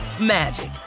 magic